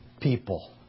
people